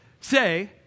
say